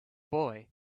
boy